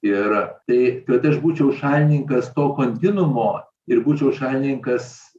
ir tai kad aš būčiau šalininkas to kontinuumo ir būčiau šalininkas